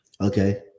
Okay